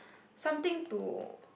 something to